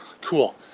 cool